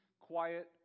quiet